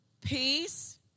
peace